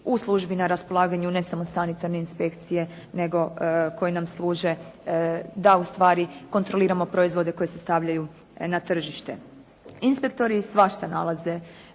u službi na raspolaganju ne samo sanitarne inspekcije, nego koji nam služe da ustvari kontroliramo proizvode koji se stavljaju na tržište. Inspektori svašta nalaze